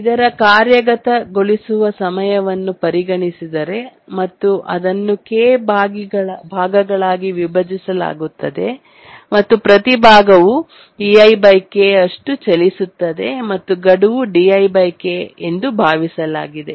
ಇದರ ಕಾರ್ಯಗತಗೊಳಿಸುವ ಸಮಯವನ್ನು ಪರಿಗಣಿಸಿದರೆ ಮತ್ತು ಅದನ್ನು K ಭಾಗಗಳಾಗಿ ವಿಭಜಿಸಲಾಗುತ್ತದೆ ಮತ್ತು ಪ್ರತಿ ಭಾಗವು ಅಷ್ಟು ಚಲಿಸುತ್ತದೆ ಮತ್ತು ಗಡುವು ಎಂದು ಭಾವಿಸಲಾಗಿದೆ